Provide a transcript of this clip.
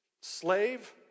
slave